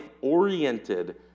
oriented